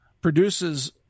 produces